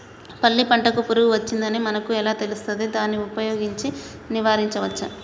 పల్లి పంటకు పురుగు వచ్చిందని మనకు ఎలా తెలుస్తది దాన్ని ఉపయోగించి నివారించవచ్చా?